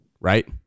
right